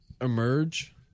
emerge